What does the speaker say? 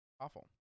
awful